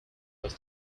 was